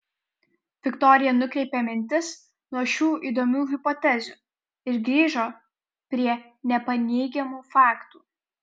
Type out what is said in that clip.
viktorija nukreipė mintis nuo šių įdomių hipotezių ir grįžo prie nepaneigiamų faktų